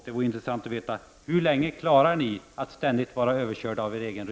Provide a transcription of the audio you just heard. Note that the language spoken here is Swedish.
Det vore intressant att veta hur länge ni andra orkar.